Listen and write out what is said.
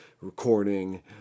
recording